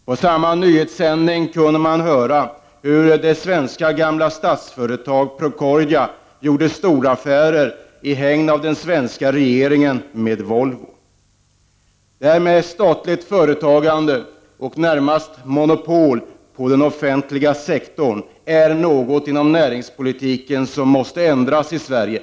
På samma nyhetssändning kunde man höra hur gamla svenska Statsföretag, Procordia, i hägn av den svenska regeringen gjorde stora affärer med Volvo. Statligt företagande och närmast monopol på den offentliga sektorn är något inom näringspolitiken som måste ändras i Sverige.